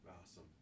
awesome